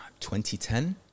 2010